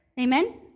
Amen